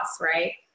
right